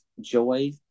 Joy